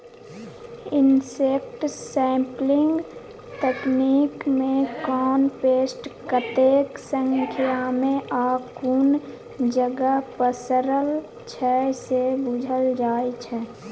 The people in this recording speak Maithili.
इनसेक्ट सैंपलिंग तकनीकमे कोन पेस्ट कतेक संख्यामे आ कुन जगह पसरल छै से बुझल जाइ छै